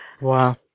Wow